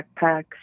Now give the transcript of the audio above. backpacks